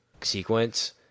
sequence